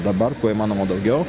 dabar kuo įmanoma daugiau